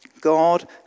God